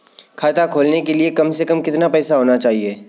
खाता खोलने के लिए कम से कम कितना पैसा होना चाहिए?